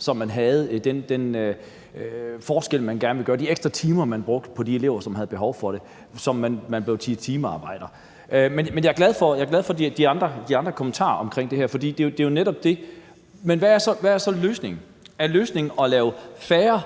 forhold til den forskel, de gerne ville gøre, og i forhold til de ekstra timer, de brugte på de elever, som havde behov for det. Så man blev timearbejder. Jeg er glad for de andre kommentarer omkring det her. For det er jo netop det, det handler om. Men hvad er så løsningen? Er løsningen at lave færre